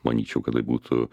manyčiau kad tai būtų